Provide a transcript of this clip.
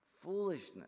Foolishness